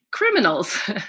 criminals